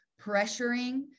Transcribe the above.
pressuring